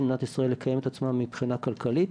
מדינת ישראל לקיים את עצמה מבחינה כלכלית,